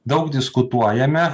daug diskutuojame